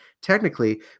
technically